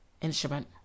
Instrument